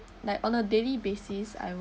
like on a daily basis I would